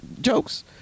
jokes